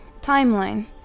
timeline